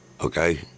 Okay